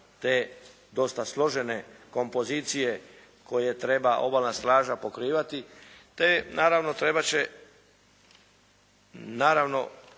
te dosta složene kompozicije koje treba obalna straža pokrivati, te naravno trebat će naravno